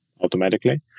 automatically